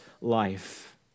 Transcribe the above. life